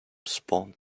spawned